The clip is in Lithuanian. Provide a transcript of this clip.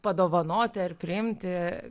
padovanoti ar priimti